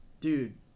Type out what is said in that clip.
dude